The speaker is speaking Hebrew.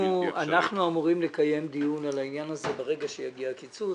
אנחנו אמורים לקיים דיון על העניין הזה ברגע שיגיע הקיצוץ.